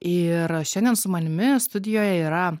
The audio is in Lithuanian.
ir šiandien su manimi studijoje yra